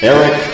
Eric